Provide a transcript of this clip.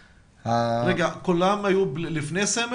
כולם היו לפני סמל?